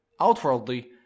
Outwardly